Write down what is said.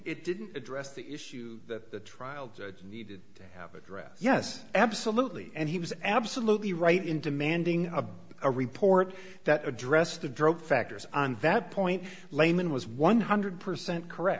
it didn't address the issue that the trial judge needed to have addressed yes absolutely and he was absolutely right in demanding a report that addressed the drug factors and that point layman was one hundred percent correct